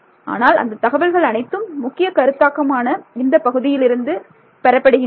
ஆனால் அந்த தகவல்கள் அனைத்தும் முக்கிய கருத்தாக்கமான இந்தப் பகுதியிலிருந்து அவை பெறப்படுகின்றன